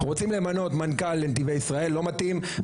אנחנו רוצים למנות מנכ"ל לנתיבי ישראל, לא מתאים.